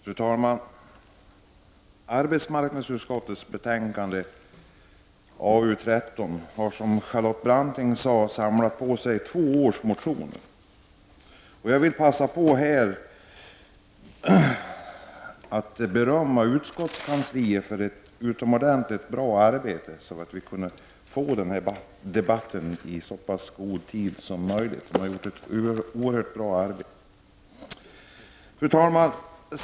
Fru talman! I arbetsmarknadsutskottets betänkande 13 har, som Charlotte Branting sade, två års motioner behandlats. Jag vill passa på att berömma utskottskansliet för dess utomordentligt goda arbete. Man har verkligen bemödat sig för att möjliggöra att den här debatten förs så tidigt som möjligt.